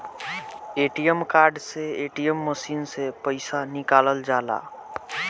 ATM card से ATM machine से पईसा निकालल जाला